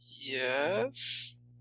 Yes